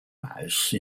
mouse